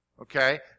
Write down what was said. okay